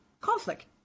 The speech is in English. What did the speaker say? conflict